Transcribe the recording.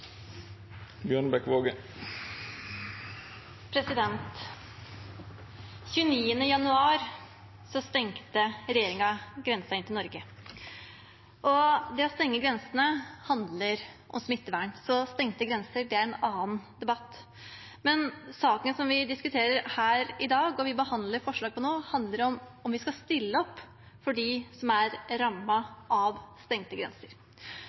januar stengte regjeringen grensen inn til Norge. Det å stenge grensene handler om smittevern, så stengte grenser tilhører en annen debatt. Saken vi diskuterer her i dag, og som vi behandler forslag til nå, handler om hvorvidt vi skal stille opp for dem som er rammet av stengte grenser.